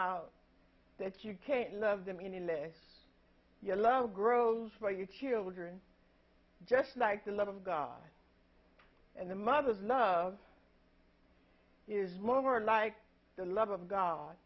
out that you can't love them you need a yellow grows for your children just like the love of god and the mother's love is more like the love of god